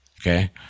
okay